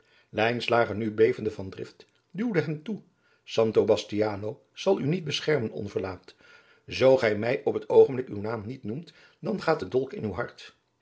nu bevende van drift duwde hem toe santo bastiano zal u niet beschermen onverlaat zoo gij mij op het oogenblik uw naam niet noemt dan gaat de dolk in uw hart